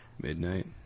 Midnight